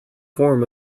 form